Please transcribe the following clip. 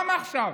גם עכשיו